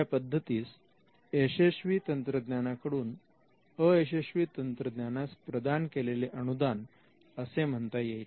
या पद्धतीस यशस्वी तंत्रज्ञाना कडून अयशस्वी तंत्रज्ञानास प्रदान केलेले अनुदान असे म्हणता येईल